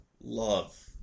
love